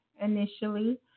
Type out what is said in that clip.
initially